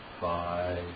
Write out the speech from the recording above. five